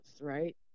right